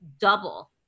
double